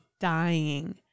dying